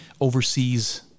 oversees